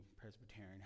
Presbyterian